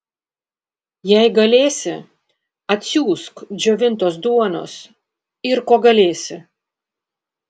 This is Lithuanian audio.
jei galėsi atsiųsk džiovintos duonos ir ko galėsi